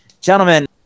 gentlemen